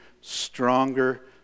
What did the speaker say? stronger